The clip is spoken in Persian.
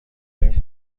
های